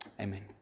Amen